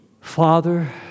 Father